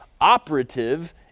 operative